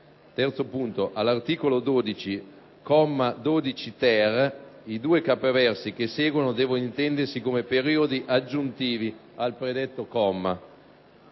comma". All'articolo 12, comma 12-*ter*, i due capoversi che seguono devono intendersi come periodi aggiuntivi al predetto comma.